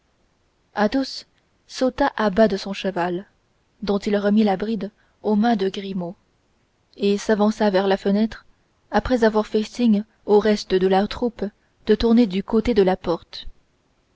serviteurs athos sauta à bas de son cheval dont il remit la bride aux mains de grimaud et s'avança vers la fenêtre après avoir fait signe au reste de la troupe de tourner du côté de la porte